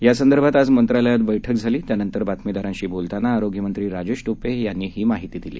यासंदर्भात आज मंत्रालयात बैठक झाली त्यानंतर बादमीदारांशी बोलताना आरोग्य मंत्री राजेश टोपे यांनी ही माहिती दिली